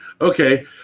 Okay